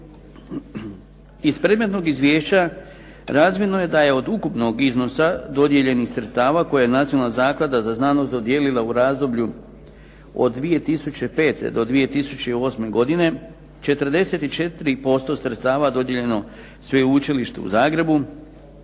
Iz predmetnog izvješća razvidno je da od ukupnog iznosa dodijeljenih sredstava koje je Nacionalna zaklada za znanost dodijelila u razdoblju od 2005. do 2008., 44% sredstava dodijeljeno Sveučilištu u Zagrebu,